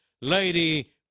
lady